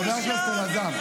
חבר הכנסת אלעזר.